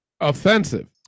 offensive